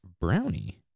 brownie